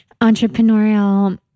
entrepreneurial